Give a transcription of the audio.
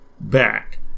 back